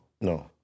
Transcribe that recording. No